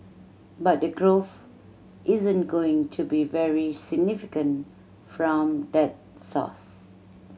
but the growth isn't going to be very significant from that source